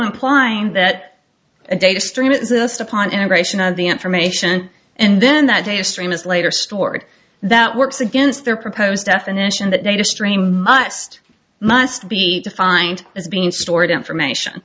implying that a data stream insist upon integration of the information and then that data stream is later stored that works against their proposed definition that data stream must must be defined as being stored information